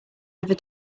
never